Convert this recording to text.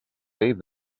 save